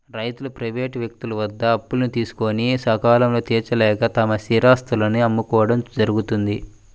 రైతులు ప్రైవేటు వ్యక్తుల వద్ద అప్పులు తీసుకొని సకాలంలో తీర్చలేక తమ స్థిరాస్తులను అమ్ముకోవడం జరుగుతోంది